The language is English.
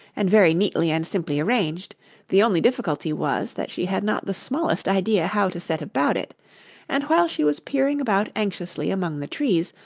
and very neatly and simply arranged the only difficulty was, that she had not the smallest idea how to set about it and while she was peering about anxiously among the trees,